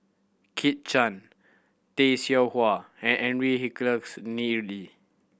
Kit Chan Tay Seow Huah and Henry